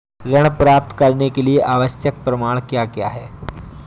ऋण प्राप्त करने के लिए आवश्यक प्रमाण क्या क्या हैं?